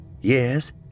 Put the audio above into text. Yes